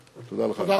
תודה לך, אדוני.